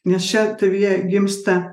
nes čia tavyje gimsta